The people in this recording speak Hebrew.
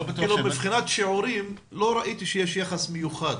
מבחינת השיעורים, לא ראיתי שיש יחס מיוחד.